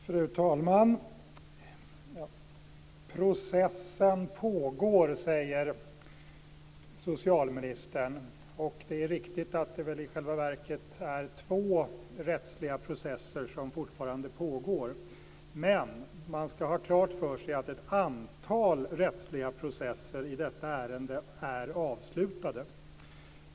Fru talman! Processen pågår, säger socialministern. I själva verket är det väl två rättsliga processer som fortfarande pågår, men man ska ha klart för sig att ett antal rättsliga processer i detta ärende är avslutade.